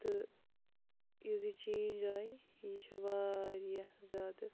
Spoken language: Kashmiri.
تہٕ یُس یہِ چینٛج آیہِ یہِ چھِ واریاہ زیادٕ